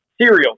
serial